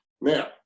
Now